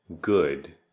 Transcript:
good